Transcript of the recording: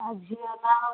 ଆଉ ଝିଅ ନାଁ ହେଉଛି